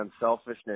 unselfishness